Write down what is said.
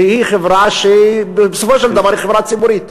כי היא חברה שהיא בסופו של דבר חברה ציבורית.